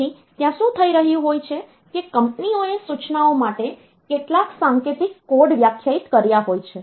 તેથી ત્યાં શું થઈ રહ્યું હોય છે કે કંપનીઓએ સૂચનાઓ માટે કેટલાક સાંકેતિક કોડ વ્યાખ્યાયિત કર્યા હોય છે